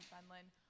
Fenland